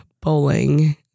bowling